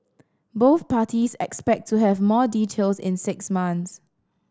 both parties expect to have more details in six months